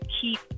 keep